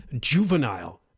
juvenile